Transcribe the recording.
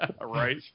Right